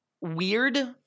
weird